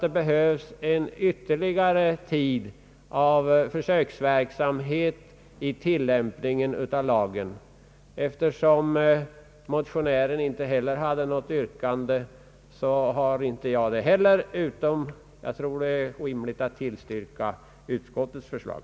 Det behövs ytterligare någon tid av försöksverksamhet i tillämpningen av lagen. Eftersom motionären inte hade något yrkande, har inte heller jag det. Jag anser det vara riktigt att tillstyrka utskottets förslag.